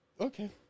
Okay